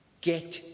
Get